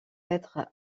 être